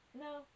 no